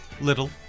little